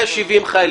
ה-770,